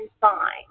fine